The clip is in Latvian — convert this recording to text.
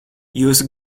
jūsu